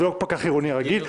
זה לא פקח עירוני רגיל,